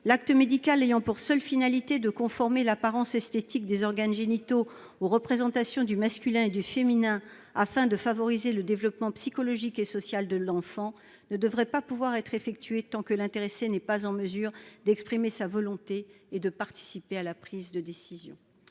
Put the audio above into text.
L'acte médical ayant pour seule finalité de conformer l'apparence esthétique des organes génitaux aux représentations du masculin et du féminin afin de favoriser le développement psychologique et social de l'enfant ne devrait pas pouvoir être effectué tant que l'intéressé n'est pas en mesure d'exprimer sa volonté et de participer à la prise de décision.